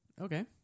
Okay